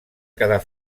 quedar